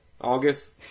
August